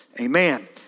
Amen